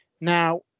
Now